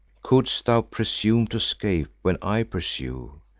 couldst thou presume to scape, when i pursue?